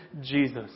Jesus